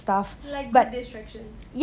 like good distractions